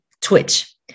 twitch